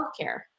healthcare